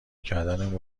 کردن